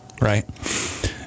right